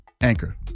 Anchor